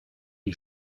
die